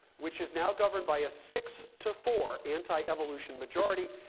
which is now governed by a six to four anti-evolution majority,